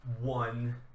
one